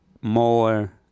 more